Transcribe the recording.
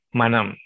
manam